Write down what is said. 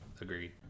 agreed